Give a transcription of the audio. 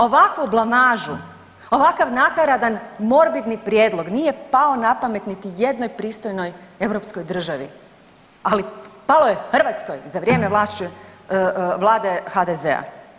Ovakvu blamažu, ovakav nakaradan morbidni prijedlog nije pao na pamet niti jednoj pristojnoj europskoj državi, ali palo je Hrvatskoj za vrijeme vlade HDZ-a.